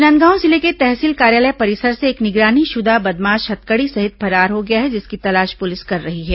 राजनांदगांव जिले के तहसील कार्यालय परिसर से एक निगरानीशुदा बदमाश हथकड़ी सहित फरार हो गया है जिसकी तलाश पुलिस कर रही है